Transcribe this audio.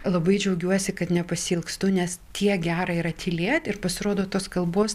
labai džiaugiuosi kad nepasiilgstu nes tiek gera yra tylėt ir pasirodo tos kalbos